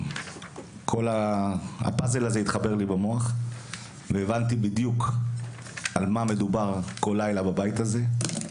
כל הפאזל הזה התחבר לי במוח והבנתי בדיוק על מה מדובר כל לילה בבית הזה.